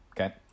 Okay